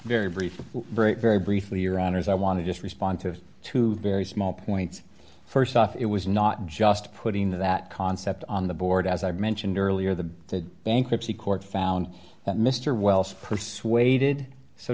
briefly very briefly your honour's i want to just respond to two very small points st off it was not just putting that concept on the board as i mentioned earlier the bankruptcy court found that mr wells persuaded so